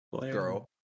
Girl